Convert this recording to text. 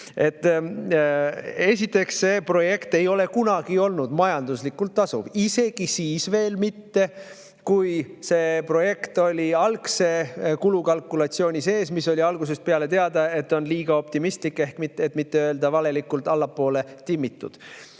Esiteks, see projekt ei ole kunagi olnud majanduslikult tasuv, isegi siis veel mitte, kui see projekt oli algse kulukalkulatsiooni sees, mille puhul oli algusest peale teada, et see on liiga optimistlik, et mitte öelda valelikult allapoole timmitud.